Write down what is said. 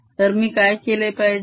तर मी काय केले पाहिजे